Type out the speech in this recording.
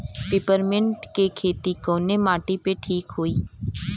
Peppermint के खेती कवने माटी पे ठीक होई?